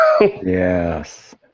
Yes